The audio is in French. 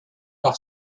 par